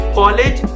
college